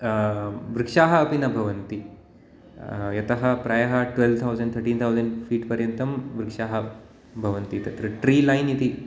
वृक्षाः अपि न भवन्ति यतः प्रायः twelve thousand thirteen thousand feet पर्यन्तं वृक्षाः भवन्ति तत्र ट्री लैन् इति